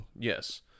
Yes